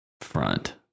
front